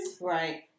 right